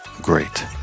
great